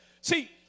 See